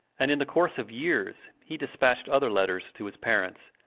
and in the course of years he despatched other letters to his parents,